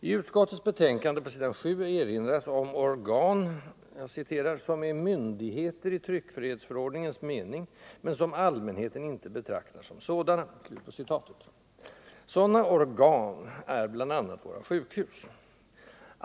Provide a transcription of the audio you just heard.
I utskottets betänkande erinras om organ ”som är myndigheter i TF:s mening men som allmänheten inte betraktar som sådana”. Sådana ”organ” är bl.a. våra sjukhus.